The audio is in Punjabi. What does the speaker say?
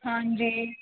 ਹਾਂਜੀ